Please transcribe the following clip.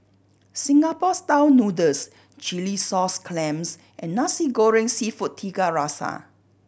Singapore Style Noodles chilli sauce clams and Nasi Goreng Seafood Tiga Rasa